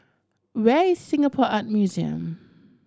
where is Singapore Art Museum